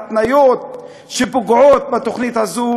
עם התניות שפוגעות בתוכנית הזאת.